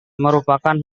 merupakan